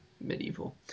medieval